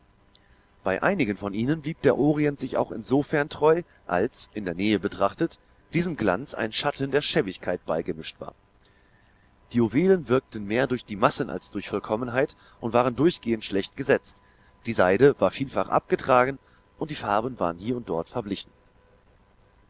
bei einigen von ihnen blieb der orient sich auch insofern treu als in der nähe betrachtet diesem glanz ein schatten der schäbigkeit beigemischt war die juwelen wirkten mehr durch die massen als durch vollkommenheit und waren durchgehend schlecht gesetzt die seide war vielfach abgetragen und die farben waren hier und dort verblichen